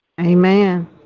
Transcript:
Amen